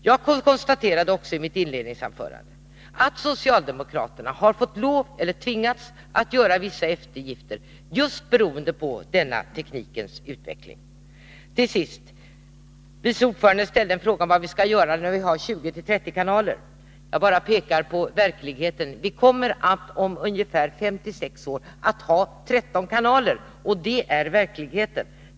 Jag konstaterade också i mitt inledningsanförande att socialdemokraterna tvingats göra vissa eftergifter, just beroende på teknikens utveckling. Till sist! Vice ordföranden ställde en fråga om vad vi skall göra när vi har 20 å 30 kanaler. Jag bara pekar på verkligheten. Vi kommer om fem eller sex år att ha 13 kanaler, och det är verkligheten.